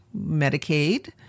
Medicaid